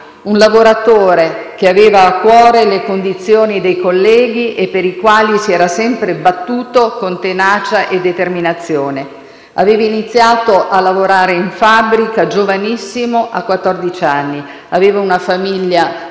un lavoratore che aveva a cuore le condizioni dei colleghi, per i quali si era sempre battuto con tenacia e determinazione. Aveva iniziato a lavorare in fabbrica giovanissimo, a quattordici anni. Aveva una famiglia